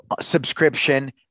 subscription